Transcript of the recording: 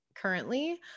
currently